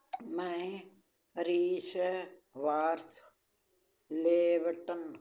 ਮੈਂ ਰੇਸ਼ ਵਾਰਸ ਲੇਬਟਨ